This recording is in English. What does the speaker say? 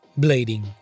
blading